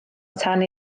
tan